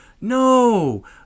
no